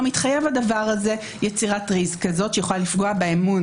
מתחייב הדבר הזה יצירת טריז כזו שיכולה לפגוע באמון,